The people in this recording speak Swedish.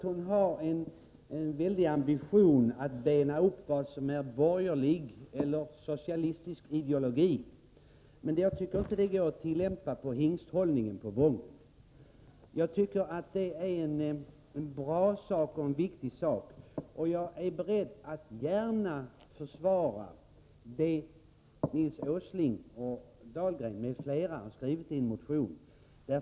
Hon har en ambition att bena upp vad som är borgerlig och vad som är socialistisk ideologi, men jag tycker inte att den uppdelningen går att tillämpa på hingsthållningen på Wången. Frågan om Wången är viktig. Jag är beredd att försvara den uppfattning som Nils Åsling, Anders Dahlgren m.fl. har framfört i sin motion.